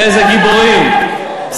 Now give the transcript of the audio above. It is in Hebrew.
איזה גיבורים.